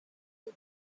the